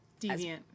Deviant